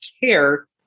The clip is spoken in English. care